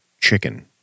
chicken